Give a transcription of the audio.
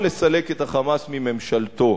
או לסלק את ה"חמאס" מממשלתו